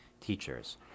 teachers